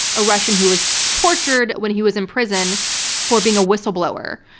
a russian who was tortured when he was in prison for being a whistle blower.